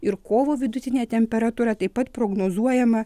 ir kovo vidutinė temperatūra taip pat prognozuojama